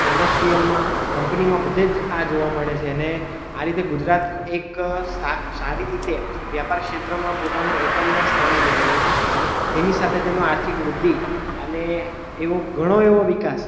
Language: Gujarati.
ઇન્ડસ્ટ્રિયલમાં કંપનીમાં બધે જ આ જોવા મળે છે અને આ રીતે ગુજરાત એક સા સારી સારી રીતે વ્યાપાર ક્ષેત્રમાં પોતાનું એકંદર સ્થાન અનુભવે છે તેની સાથે તેનું આર્થિક વૃદ્ધિ અને એવો ઘણો એવો વિકાસ